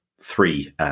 three